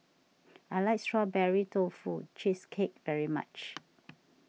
I like Strawberry Tofu Cheesecake very much